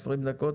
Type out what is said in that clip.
20 דקות